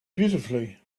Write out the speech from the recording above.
beautifully